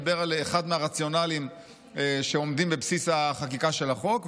דיבר על אחד מהרציונלים שעומדים בבסיס החקיקה של החוק.